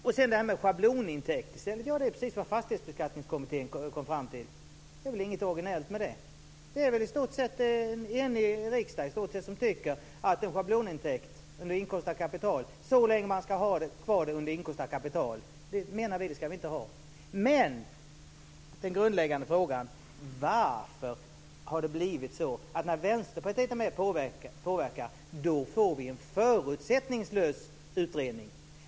I fråga om schablonintäkter är det precis vad Fastighetsbeskattningskommittén kom fram till. Det är inget originellt med det. I stort sett en enig riksdag tycker att det ska vara en schablonintäkt under Inkomst av kapital - så länge man ska ha kvar det under Inkomst av kapital, vilket vi menar att man inte ska ha. Den grundläggande frågan är: Varför har det blivit så att när Vänsterpartiet är med och påverkar får vi en förutsättningslös utredning?